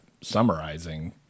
summarizing